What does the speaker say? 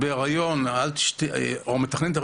"אם את בהיריון או מתכננת,